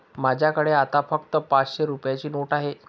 माझ्याकडे आता फक्त पाचशे रुपयांची नोट आहे